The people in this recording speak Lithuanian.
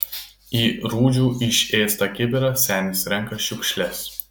į rūdžių išėstą kibirą senis renka šiukšles